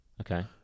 Okay